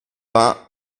vingt